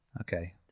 Okay